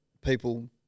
people